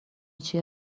چیه